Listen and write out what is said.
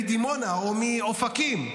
מדימונה או מאופקים,